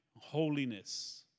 holiness